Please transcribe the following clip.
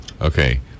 Okay